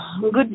Good